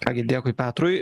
ką gi dėkui petrui